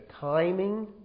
timing